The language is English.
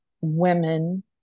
women